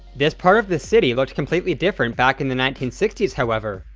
this part of the city looked completely different back in the nineteen sixty s, however,